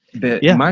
but yeah,